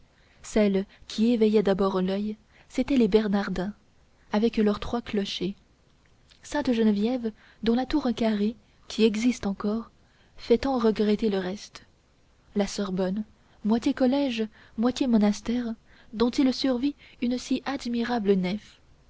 celles qui éveillaient d'abord l'oeil c'étaient les bernardins avec leurs trois clochers sainte-geneviève dont la tour carrée qui existe encore fait tant regretter le reste la sorbonne moitié collège moitié monastère dont il survit une si admirable nef